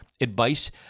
advice